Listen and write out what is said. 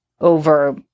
over